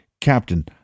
Captain